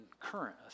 Current